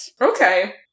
Okay